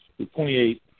28